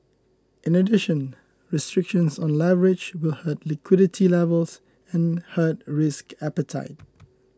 in addition restrictions on leverage will hurt liquidity levels and hurt risk appetite